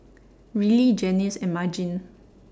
Rillie Janis and Margene